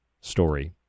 story